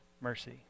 mercy